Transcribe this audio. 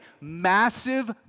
massive